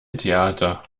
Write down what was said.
theater